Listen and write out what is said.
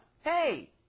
hey